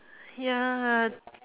ya